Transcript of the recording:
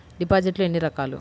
డిపాజిట్లు ఎన్ని రకాలు?